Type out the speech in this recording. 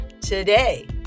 today